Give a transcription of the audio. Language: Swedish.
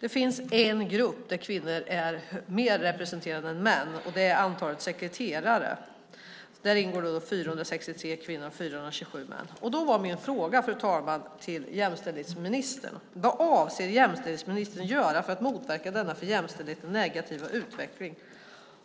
Det finns en grupp där kvinnor är mer representerade än män, och det är antalet sekreterare. Där ingår 463 kvinnor och 427 män. Min fråga till jämställdhetsministern, fru talman, var: Vad avser jämställdhetsministern att göra för att motverka denna för jämställdheten negativa utveckling?